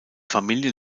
familie